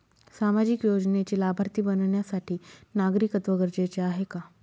सामाजिक योजनेचे लाभार्थी बनण्यासाठी नागरिकत्व गरजेचे आहे का?